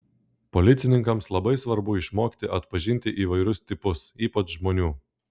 policininkams labai svarbu išmokti atpažinti įvairius tipus ypač žmonių